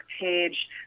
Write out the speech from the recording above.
page